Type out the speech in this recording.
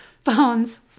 phones